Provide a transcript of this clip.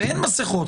ואין מסכות.